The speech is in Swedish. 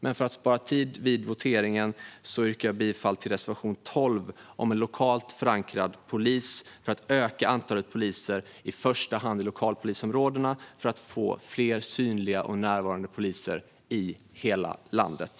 Men för att spara tid vid voteringen yrkar jag bifall endast till reservation 12 om en lokalt förankrad polis. Den handlar om att öka antalet poliser i första hand i lokalpolisområdena för att man ska få fler synliga och närvarande poliser i hela landet.